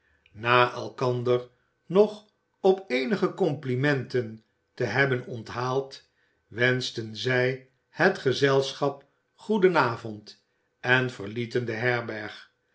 na elkander nog op eenige complimenten te hebben onthaald wenschten zij het gezelschap goedenavond en verlieten de herberg